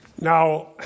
Now